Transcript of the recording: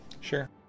Sure